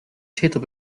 täter